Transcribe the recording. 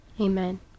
amen